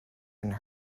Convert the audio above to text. and